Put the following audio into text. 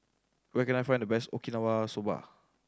where can I find the best Okinawa Soba